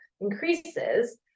increases